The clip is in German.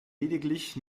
lediglich